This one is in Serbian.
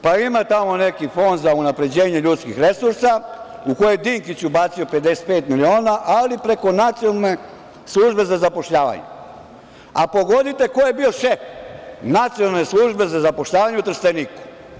Pa, ima tamo neki fond za unapređenje ljudskih resursa u koje je Dinkić ubacio 55 miliona, ali preko Nacionalne službe za zapošljavanje, a pogodite ko je bio šef Nacionalne službe za zapošljavanje u Trsteniku?